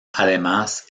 además